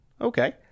okay